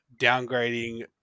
downgrading